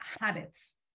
habits